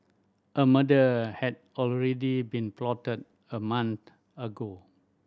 a murder had already been plotted a month ago